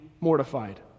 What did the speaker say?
mortified